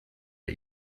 der